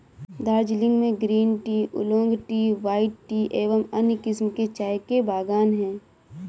दार्जिलिंग में green tea, oolong tea, white tea एवं अन्य किस्म के चाय के बागान हैं